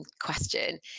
question